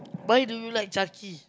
why do you like Chucky